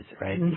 right